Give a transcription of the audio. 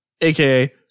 AKA